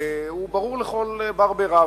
והוא ברור לכל בר בי רב.